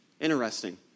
Interesting